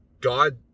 God